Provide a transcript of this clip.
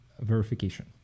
verification